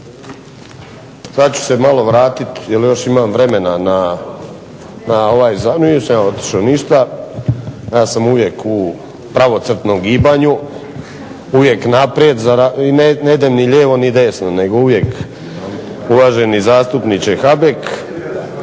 /Upadica se ne razumije./… Nisam ja otišao ništa, ja sam uvijek u pravocrtnom gibanju, uvijek naprijed. Ne idem ni lijevo ni desno nego uvijek uvaženi zastupniče Habek